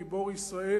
גיבור ישראל,